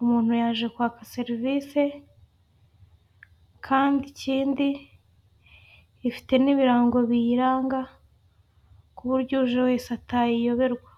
umuntu yaje kwaka serivice kandi ikindi ifite ibirango biyiranga kuburyo uwuje wese atayiyoberwa.